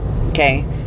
Okay